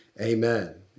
amen